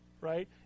right